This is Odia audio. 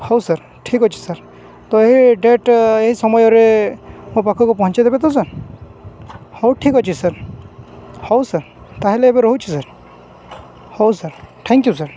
ହଉ ସାର୍ ଠିକ୍ ଅଛି ସାର୍ ତ ଏହି ଡେଟ୍ ଏହି ସମୟରେ ମୋ ପାଖକୁ ପହଞ୍ଚାଇ ଦେବେ ତ ସାର୍ ହଉ ଠିକ୍ ଅଛି ସାର୍ ହଉ ସାର୍ ତା'ହେଲେ ଏବେ ରହୁଛି ସାର୍ ହଉ ସାର୍ ଥ୍ୟାଙ୍କ ୟୁ ସାର୍